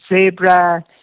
zebra